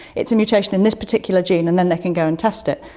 it's a mutation in this particular gene and then they can go and test it.